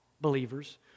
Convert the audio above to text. believers